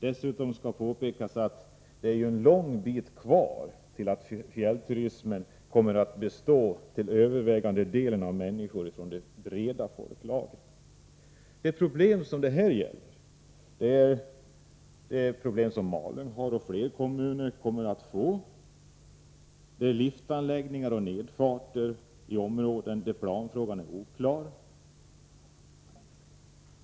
Dessutom skall det betonas att det är en lång bit kvar till dess att fjällturisterna till övervägande del består av människor från de breda folklagren. Det problem som vi har tagit upp i vår motion — ett problem som Malung redan har och fler kommuner kommer att få — gäller liftanläggningar och nedfarter i områden där planfrågan är oklar.